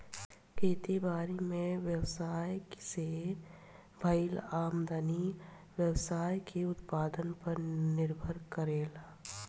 खेती बारी में व्यवसाय से भईल आमदनी व्यवसाय के उत्पादन पर निर्भर करेला